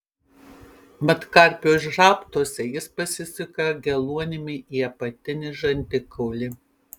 mat karpio žabtuose jis pasisuka geluonimi į apatinį žandikaulį